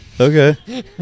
Okay